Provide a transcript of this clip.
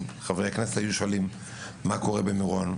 חברי כנסת היו שואלים מה קורה במירון,